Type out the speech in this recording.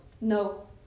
No